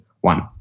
one